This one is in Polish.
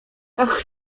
ach